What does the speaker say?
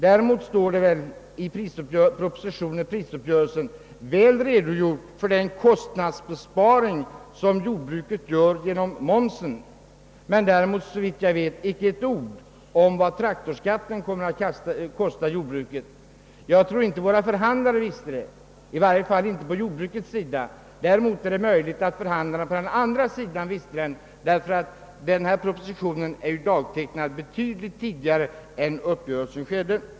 Däremot finns det i propositionen om prisuppgörelsen en redogörelse för den kostnadsbesparing som jordbruket gör genom momsen; såvitt jag vet står det inte ett ord om vad traktorskatten kommer att kosta jordbruket. Jag tror inte att förhandlarna på jordbrukets sida kände till detta. Däremot är det möjligt att förhand-. larna på den andra sidan visste det, ty denna proposition är dagtecknad betydligt tidigare än då uppgörelsen träffades.